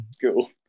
Cool